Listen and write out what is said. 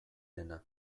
dena